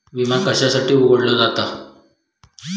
विमा कशासाठी उघडलो जाता?